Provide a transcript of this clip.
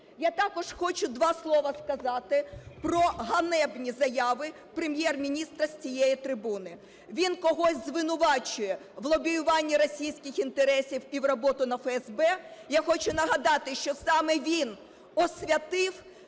Я також хочу два слова сказати про ганебні заяви Прем'єр-міністра з цієї трибуни. Він когось звинувачує в лобіюванні російських інтересів і в роботі на ФСБ. Я хочу нагадати, що саме він "освятив"